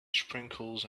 sprinkles